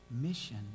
mission